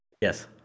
Yes